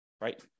right